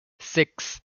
six